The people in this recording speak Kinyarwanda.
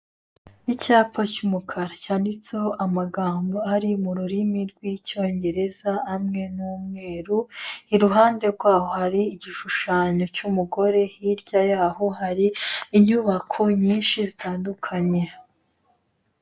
Icyapa cy'umukara cyanditseho amagambo ari mu rurimi rw'icyongereza, amwe ni umweru, iruhande rw'aho hari igishushanyo cy'umugore, hirya y'aho hari inyubako nyinshi zitandukanye.